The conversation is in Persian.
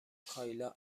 کایلا